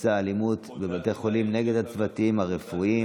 בנושא האלימות בבתי חולים נגד הצוותים הרפואיים.